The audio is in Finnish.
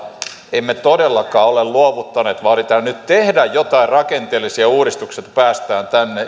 emme todellakaan ole luovuttaneet vaan yritämme nyt tehdä joitain rakenteellisia uudistuksia että päästään